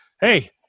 hey